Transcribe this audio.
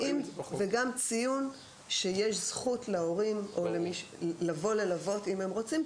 וגם ציון שיש זכות להורים לבוא ללוות אם הם רוצים,